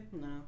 No